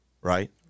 right